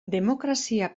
demokrazia